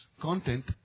content